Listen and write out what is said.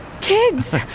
Kids